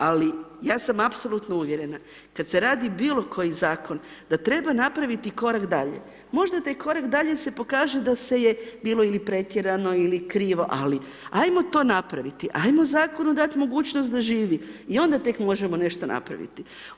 Ali ja sam apsolutno uvjerena kad se radi bilo koji zakon da treba napraviti korak dalje, možda taj korak dalje se pokaže da se bilo ili pretjerano ili krivo, ali ajmo to napraviti ajmo zakonu dat mogućnost da živi i onda tek možemo nešto napraviti.